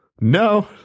No